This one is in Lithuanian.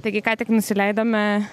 taigi ką tik nusileidome